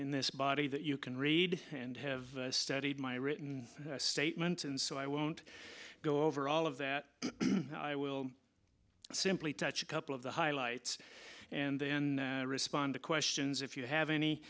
in this body that you can read and have studied my written statement and so i won't go over all of that i will simply touch a couple of the highlights and then respond to questions if you have any